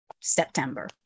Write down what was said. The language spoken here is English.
september